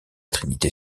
trinité